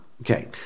Okay